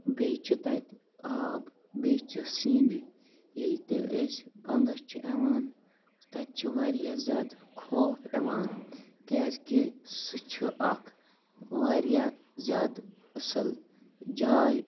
بیٚیہِ چھِ تَتہِ آب بیٚیہِ چھِ سیٖنری ییٚلہِ تہِ أسۍ بَنٛگَس چھِ یِوان تَتہِ چھِ واریاہ زیادٕ خوف یِوان کیازکہِ سُہ چھُ اکھ واریاہ زیادٕ اصٕل جاے